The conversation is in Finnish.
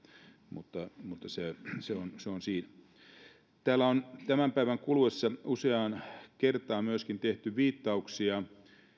mutta se se on siinä täällä on tämän päivän kuluessa useaan kertaan myöskin tehty viittauksia